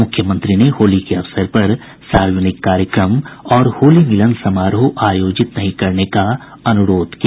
मुख्यमंत्री ने होली के अवसर पर सार्वजनिक कार्यक्रम और होली मिलन समारोह आयोजित नहीं करने का अनुरोध किया